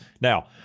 Now